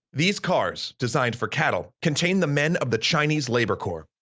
these cars, designed for cattle, contain the men of the chinese labor corps.